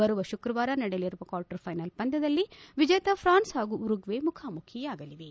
ಬರುವ ಶುಕ್ರವಾರ ನಡೆಯಲಿರುವ ಕ್ವಾರ್ಟರ್ ಫೈನಲ್ ಪಂದ್ಯದಲ್ಲಿ ವಿಜೇತ ಫ್ರಾನ್ಸ್ ಹಾಗೂ ಉರುಗ್ವೇ ಮುಖಾಮುಖಿಯಾಗಲಿವೆ